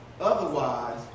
otherwise